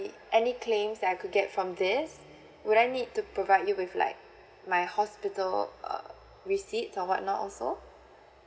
any claims that I could get from this would I need to provide you with like my hospital uh receipts or what not also